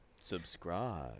Subscribe